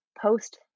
post